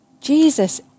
Jesus